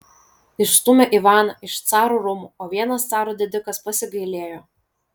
išstūmė ivaną iš caro rūmų o vienas caro didikas pasigailėjo